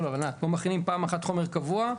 פה מכינים פעם אחת חומר קבוע.